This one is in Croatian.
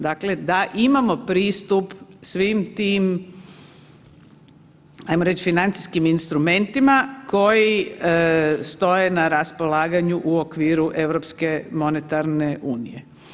Dakle, da imamo pristup svim tim ajmo reći financijskim instrumentima koji stoje na raspolaganju u okviru europske monetarne unije.